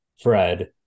Fred